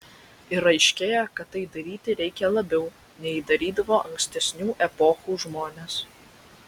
ir aiškėja kad tai daryti reikia labiau nei darydavo ankstesnių epochų žmonės